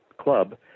club